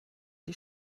die